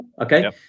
Okay